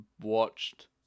watched